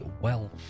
wealth